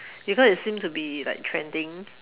because it seem to be like trending